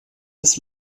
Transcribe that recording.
des